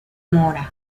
mora